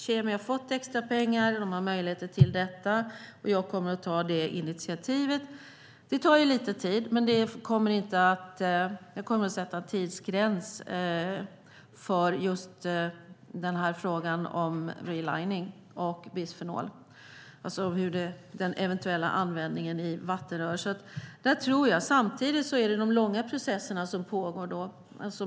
KemI har fått extrapengar och har möjligheter till detta, och jag kommer att ta det initiativet. Det tar lite tid, men jag kommer att sätta en tidsgräns för just frågan om relining och den eventuella användningen av bisfenol i vattenrör. Samtidigt är det de långa processerna som pågår.